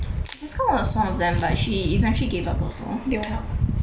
was one of them but she eventually gave up also